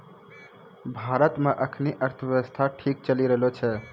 भारत मे एखनी अर्थव्यवस्था ठीक चली रहलो छै